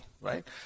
Right